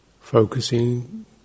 focusing